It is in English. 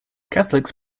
catholics